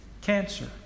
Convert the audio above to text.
cancer